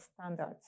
standards